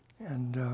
and